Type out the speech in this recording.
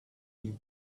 you